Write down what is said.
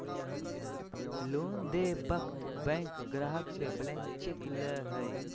loan देय वक्त bank ग्राहक से ब्लैंक चेक ले हइ